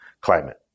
climate